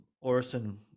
Orson